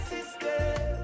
System